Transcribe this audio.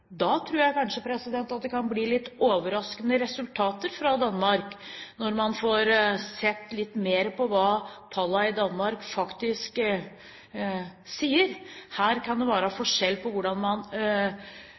Da tror jeg kanskje at det kan bli litt overraskende resultater fra Danmark, når man får sett litt mer på hva tallene i Danmark faktisk sier. Her kan det være